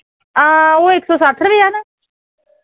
हां ओह् इक सौ सट्ठ रपे ऐ न